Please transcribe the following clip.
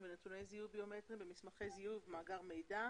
ונתוני זיהוי ביומטריים במסמכי זיהוי ובמאגר מידע